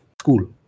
School